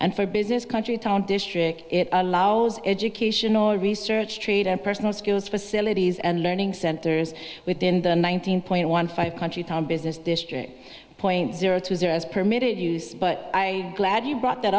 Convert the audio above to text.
and for business country town district it allows educational research trade and personal skills facilities and learning centers within the one thousand point one five country town business district point zero two zero as permitted use but i glad you brought that